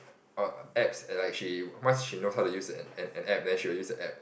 orh apps like she once she knows how to use an an app then she'll use the app